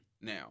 now